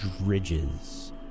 ridges